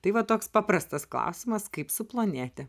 tai va toks paprastas klausimas kaip suplonėti